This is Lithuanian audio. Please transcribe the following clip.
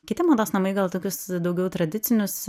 kiti mados namai gal tokius daugiau tradicinius